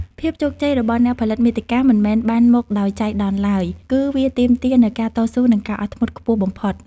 ភាពជោគជ័យរបស់អ្នកផលិតមាតិកាមិនមែនបានមកដោយចៃដន្យឡើយ គឺវាទាមទារនូវការតស៊ូនិងការអត់ធ្មត់ខ្ពស់បំផុត។